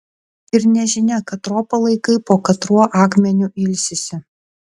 ir nežinia katro palaikai po katruo akmeniu ilsisi